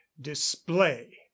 display